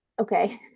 okay